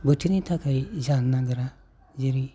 बोथोरनि थाखाय जानो नागिरा जेरै